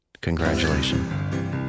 Congratulations